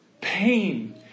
pain